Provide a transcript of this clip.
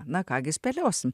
na ką gi spėliosim